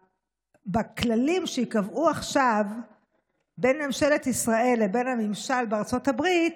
שבכללים שייקבעו עכשיו בין ממשלת ישראל לבין הממשל בארצות הברית,